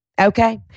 Okay